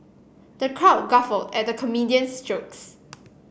the crowd guffawed at the comedian's jokes